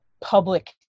public